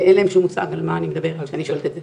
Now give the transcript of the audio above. ואין להם שום מושג על מה שאני מדברת כשאני שואלת את זה.